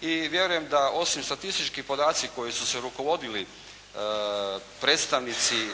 i vjerujem da osim statistički podaci koji su se rukovodili predstavnici